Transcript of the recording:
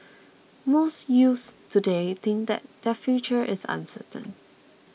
most youths today think that their future is uncertain